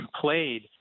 played